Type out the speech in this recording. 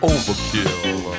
Overkill